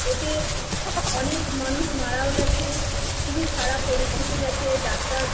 এতে অনেক মানুষ মারাও গেছে খুবই খারাপ পরিস্থিতি গেছে ডাক্তার